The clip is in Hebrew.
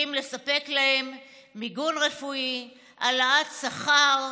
מצליחים לספק להם מיגון רפואי, העלאת שכר,